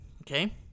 Okay